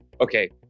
okay